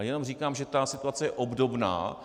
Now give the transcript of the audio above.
Jenom říkám, že ta situace je obdobná.